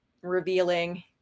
revealing